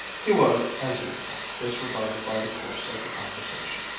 he was, as usual, disregarded by the course of the conversation.